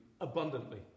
abundantly